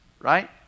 right